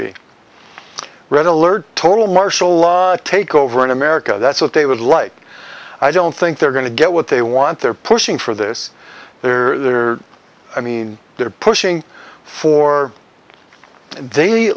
be red alert total martial law takeover in america that's what they would like i don't think they're going to get what they want they're pushing for this there are i mean they're pushing for they